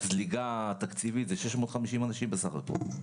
הזליגה התקציבית זה נוגע ל-650 אנשים בסך הכול.